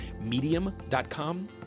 medium.com